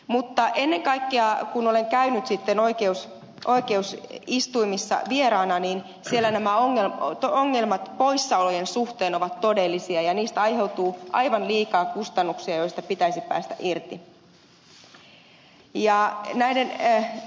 mutta ennen kaikkea kun olen käynyt sitten oikeusistuimissa vieraana niin siellä nämä ongelmat poissaolojen suhteen ovat todellisia ja niistä aiheutuu aivan liikaa kustannuksia joista pitäisi päästä irti